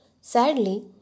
Sadly